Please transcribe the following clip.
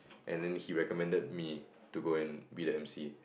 and then he recommended me to go and be the emcee